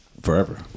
Forever